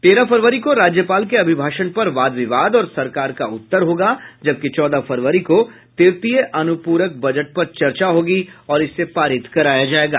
तेरह फरवरी को राज्यपल के अभिभाषण पर वाद विवाद और सरकार का उत्तर होगा जबकि चौदह फरवरी को तृतीय अनुपूरक बजट पर चर्चा होगी और इसे पारित कराया जायेगा